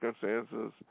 circumstances